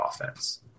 offense